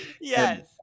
Yes